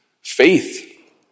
faith